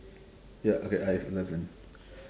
ya okay I have eleven